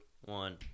one